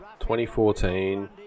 2014